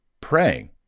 praying